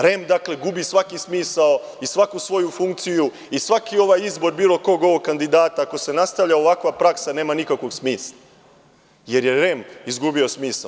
REM gubi svaki smisao i svaku svoju funkciju i svaki ovaj izbor bilo kog ovog kandidata, ako se nastavi ovakva praksa, nema nikakvog smisla, jer je REM izgubio smisao.